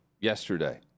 yesterday